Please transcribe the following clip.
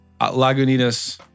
lagunitas